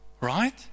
Right